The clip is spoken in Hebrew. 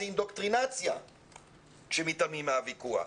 זה עם דוקטרינציה כשמתעלמים מהוויכוח.